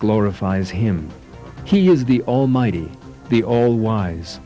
glorifies him he is the almighty the all wise